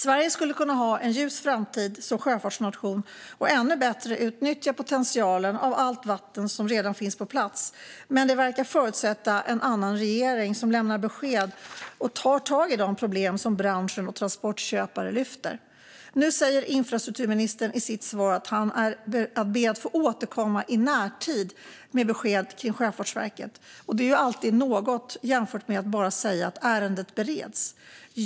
Sverige skulle kunna ha en ljus framtid som sjöfartsnation och ännu bättre utnyttja potentialen i allt vatten som redan finns på plats. Detta verkar dock förutsätta en annan regering, som lämnar besked och tar tag i de problem som branschen och transportköpare lyfter. Nu sa infrastrukturministern i sitt svar att han ber att få återkomma i närtid med besked kring Sjöfartsverket. Det är ju alltid något jämfört med att bara säga att ärendet bereds.